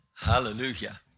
Hallelujah